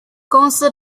公司